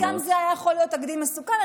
ולכן, גם זה היה יכול להיות תקדים מסוכן.